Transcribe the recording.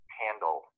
handle